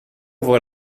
ouvre